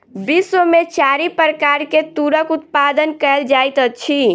विश्व में चारि प्रकार के तूरक उत्पादन कयल जाइत अछि